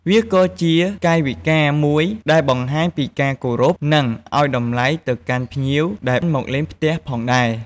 វាក៏ជា កាយវិការមួយដែលបង្ហាញពីការគោរព និងឲ្យតម្លៃទៅកាន់ភ្ញៀវដែលមកលេងផ្ទះផងដែរ។